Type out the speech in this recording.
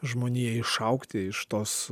žmoniją išaugti iš tos